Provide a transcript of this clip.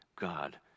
God